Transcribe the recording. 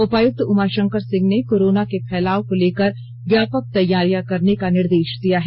उपायुक्त उमाशंकर सिंह ने कोरोना के फैलाव को लेकर व्यापक तैयारियां करने का निर्देश दिया है